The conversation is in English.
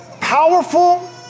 powerful